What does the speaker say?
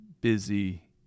busy